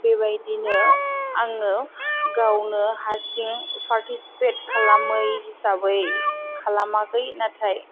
बेबायदिनो आङो गावनो हारसिं फारथिसिफेथ खालामै हिसाबै खालामाखै नाथाय